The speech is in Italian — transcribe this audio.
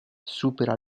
supera